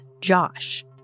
Josh